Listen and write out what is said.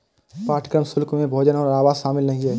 पाठ्यक्रम शुल्क में भोजन और आवास शामिल नहीं है